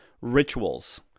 rituals